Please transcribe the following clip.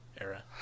era